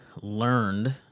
learned